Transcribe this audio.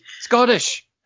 Scottish